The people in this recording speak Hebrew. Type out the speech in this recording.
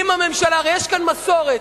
הרי יש כאן מסורת.